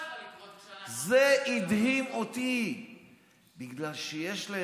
זה לא יכול היה לקרות כשאנחנו,